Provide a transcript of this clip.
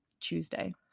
Tuesday